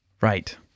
Right